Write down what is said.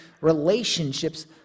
relationships